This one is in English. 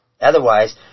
Otherwise